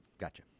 Gotcha